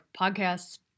podcasts